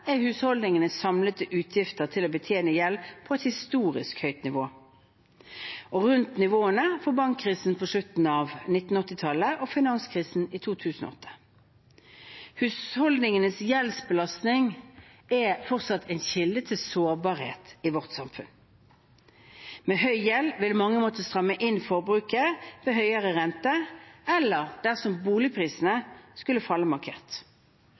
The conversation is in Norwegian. er lave, er husholdningenes samlede utgifter til å betjene gjeld på et historisk høyt nivå og rundt nivåene fra bankkrisen på slutten av 1980-tallet og finanskrisen i 2008. Husholdningenes gjeldsbelastning er fortsatt en kilde til sårbarhet i vårt samfunn. Med høy gjeld vil mange måtte stramme inn forbruket ved høyere rente, eller dersom boligprisene skulle falle markert.